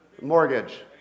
mortgage